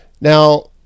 Now